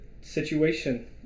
situation